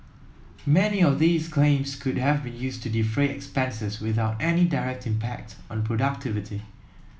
many of these claims could have been used to defray expenses without any direct impact on productivity